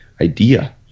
idea